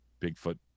Bigfoot